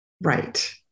Right